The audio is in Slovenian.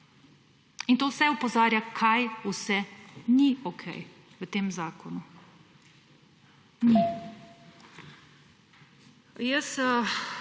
in to vse opozarja, kaj vse ni okej v tem zakonu, ni. Jaz